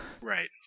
Right